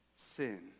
Sin